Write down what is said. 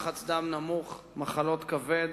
לחץ דם נמוך, מחלות כבד,